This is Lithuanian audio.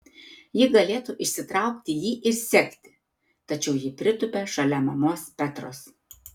ji galėtų išsitraukti jį ir sekti tačiau ji pritūpia šalia mamos petros